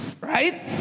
Right